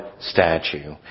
statue